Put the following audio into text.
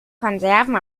konserven